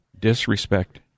Disrespect